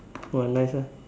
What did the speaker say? !wah! nice ah